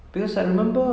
so that's that